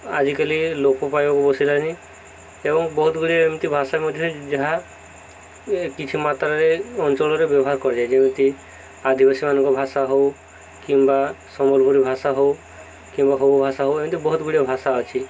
ଆଜିକାଲି ଲୋପ ପାଇବାକୁ ବସିଲାଣି ଏବଂ ବହୁତ ଗୁଡ଼ିଏ ଏମିତି ଭାଷା ମଧ୍ୟ ଯାହା କିଛି ମାତ୍ରାରେ ଅଞ୍ଚଳରେ ବ୍ୟବହାର କରାଯାଏ ଯେମିତି ଆଦିବାସୀମାନଙ୍କ ଭାଷା ହେଉ କିମ୍ବା ସମ୍ବଲପୁରୀ ଭାଷା ହେଉ କିମ୍ବା ଭାଷା ହେଉ ଏମିତି ବହୁତ ଗୁଡ଼ିଏ ଭାଷା ଅଛି